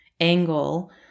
angle